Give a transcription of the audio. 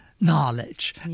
knowledge